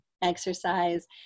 Exercise